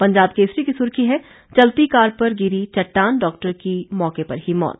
पंजाब केसरी की सुर्खी है चलती कार पर गिरी चट्टान डॉक्टर की मौके पर ही मौत